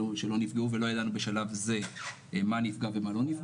נפגעו ולא ידענו בשלב זה מה נפגע ומה לא.